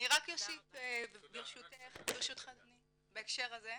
רק אשיב ברשותכם בהקשר הזה,